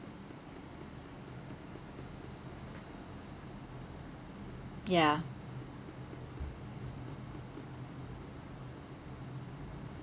ya